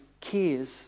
cares